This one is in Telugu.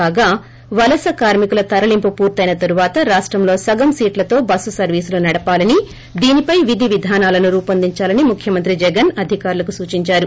కాగా వలస కార్మి కుల తరలింపు పూర్తయిన తరువాత రాష్టంలో సగం సీట్లతో బస్సు సర్వీసలు నడపాలని దీనిపై విధి విధానాలను రూవొందించాలని ముఖ్యమంత్రి జగ్తన్ అధికారులకు సూచించారు